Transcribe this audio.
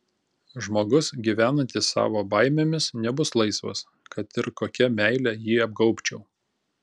žmogus gyvenantis savo baimėmis nebus laisvas kad ir kokia meile jį apgaubčiau